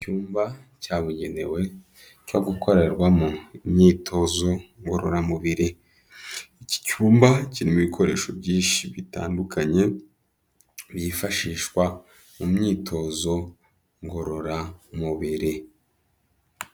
Icyumba cyabugenewe cyo gukorerwamo imyitozo ngororamubiri. Iki cyumba kirimo ibikoresho byinshi bitandukanye byifashishwa mu myitozo ngororamubiri.